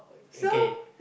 okay